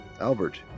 Albert